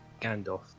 Gandalf